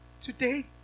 today